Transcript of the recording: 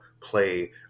play